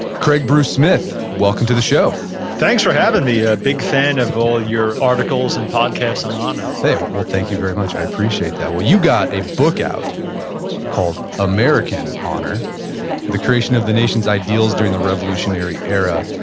craig bruce smith, welcome to the show thanks for having me. a big fan of all your articles and podcasts on honor hey, well, thank you very much. i appreciate that. well, you got a book out called american honor the creation of the nation's ideals during the revolutionary era.